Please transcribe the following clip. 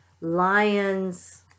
lions